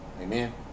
Amen